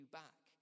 back